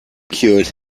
cured